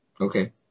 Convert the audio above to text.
Okay